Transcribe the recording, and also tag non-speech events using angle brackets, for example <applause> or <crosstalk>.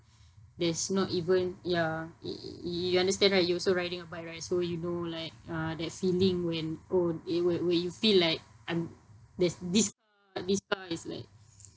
there's not even ya y~ you understand right you also riding a bike right so you know like uh that feeling when oh y~ wh~ when you feel like un~ there's this this car is like <noise>